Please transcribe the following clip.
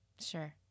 Sure